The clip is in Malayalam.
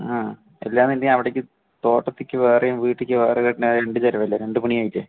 ആ അല്ലാതന്നെ അവിടേക്ക് തൊട്ടത് തോട്ടത്തിലേക്ക് വേറെയും വീട്ടിലേക്ക് വേറെയും ആയാൽ രണ്ട് തരം അല്ലെ രണ്ട് പണിയായില്ലേ